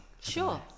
Sure